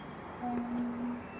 um